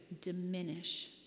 diminish